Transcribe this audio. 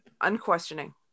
unquestioning